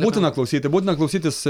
būtina klausyti būtina klausytis